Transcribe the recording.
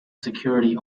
security